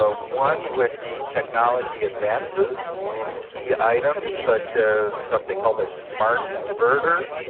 ah one would be technology advances in key items such as something called a smart inverter,